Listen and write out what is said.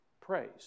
praise